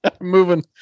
moving